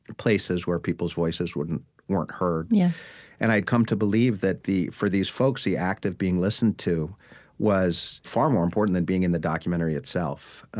places where people's voices weren't heard. yeah and i'd come to believe that the for these folks, the act of being listened to was far more important than being in the documentary itself,